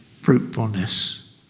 fruitfulness